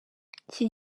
iki